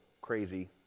crazy